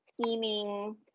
scheming